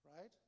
right